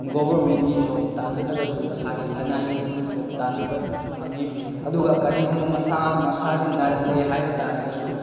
ꯒꯣꯚꯔꯟꯃꯦꯟꯒꯤ ꯖꯣꯕ ꯇꯥꯟꯅꯗ꯭ꯔꯒꯁꯨ ꯃꯁꯥꯒꯤ ꯂꯅꯥꯏꯒꯤ ꯑꯣꯏꯕ ꯖꯣꯕ ꯇꯥꯟꯅꯕ ꯐꯪꯏ ꯑꯗꯨꯒ ꯀꯔꯤꯒꯨꯝꯕ ꯃꯁꯥꯁꯤ ꯅꯥꯔꯛꯂꯦ ꯍꯥꯏꯕꯇꯥꯔꯒꯁꯨ